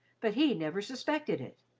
but he never suspected it.